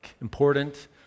important